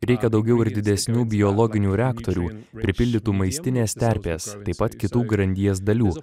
reikia daugiau ir didesnių biologinių reaktorių pripildytų maistinės terpės taip pat kitų grandies dalių